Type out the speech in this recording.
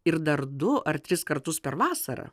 ir dar du ar tris kartus per vasarą